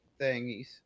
thingies